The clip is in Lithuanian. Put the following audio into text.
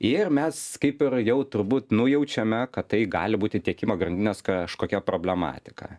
ir mes kaip ir jau turbūt nujaučiame kad tai gali būti tiekimo grandinės kažkokia problematika